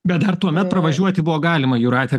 bet ar tuomet pravažiuoti buvo galima jūrate